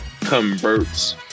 converts